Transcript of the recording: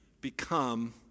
become